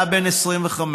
היה בן 25,